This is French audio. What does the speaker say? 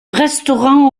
restaurant